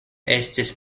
estis